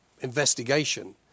investigation